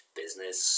business